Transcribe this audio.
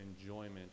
enjoyment